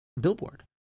billboard